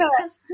Yes